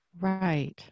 Right